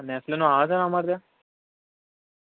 નેસલેનું આવે છે ને અમારે ત્યાં